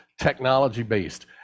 technology-based